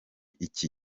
iki